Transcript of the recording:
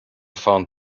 found